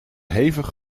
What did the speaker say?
hevig